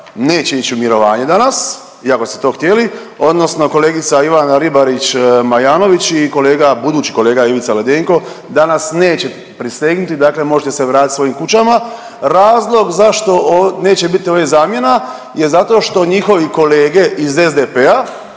neće ići u mirovanje danas iako ste to htjeli odnosno kolegica Ivana Ribarić Majanović i kolega, budući kolega Ivica Ledenko danas neće prisegnuti, dakle možete se vratit svojim kućama. Razlog zašto neće bit ovih zamjena je zato što njihovi kolege iz SDP-a,